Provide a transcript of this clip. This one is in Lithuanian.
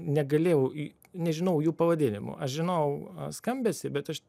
negalėjau į nežinojau jų pavadinimų aš žinau aš skambesį bet aš